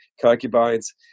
concubines